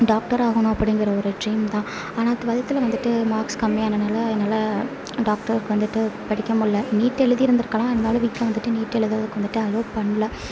doctor ஆகணும் அப்படிங்கிற ஒரு ட்ரீம் தான் ஆனால் டூவல்த்தில் வந்துட்டு மார்க்ஸ் கம்மியானதுனால என்னால் டாக்டர் வந்துட்டு படிக்க முடியலை நீட் எழுதியிருந்துருக்கலாம் இருந்தாலும் வீட்டில் வந்துட்டு நீட் எழுதுறதுக்கு வந்துட்டு அலோவ் பண்ணலை